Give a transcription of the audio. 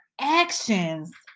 actions